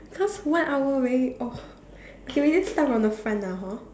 cause one hour very oh okay we just start from the front lah hor